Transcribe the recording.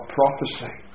prophecy